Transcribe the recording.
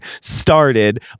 started